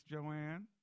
Joanne